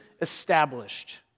established